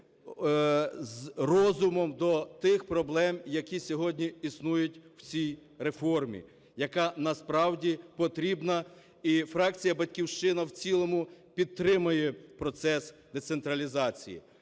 з розумом до тих проблем, які сьогодні існують в цій реформі, яка насправді потрібна. І фракція "Батьківщина" в цілому підтримує процес децентралізації.